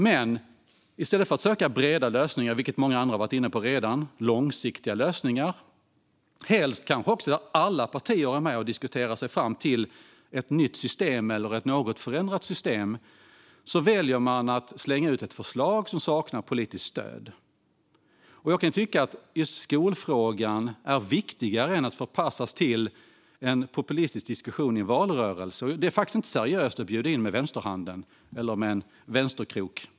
Men som många andra redan har varit inne på: I stället för att söka breda och långsiktiga lösningar, och då kanske helst lösningar där alla partier är med och diskuterar sig fram till ett nytt eller något förändrat system, väljer man att slänga ut ett förslag som saknar politiskt stöd. Jag kan tycka att just skolfrågan är viktigare än att den ska förpassas till en populistisk diskussion i en valrörelse. Det är inte seriöst att bjuda in med vänsterhanden - eller med en vänsterkrok.